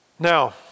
Now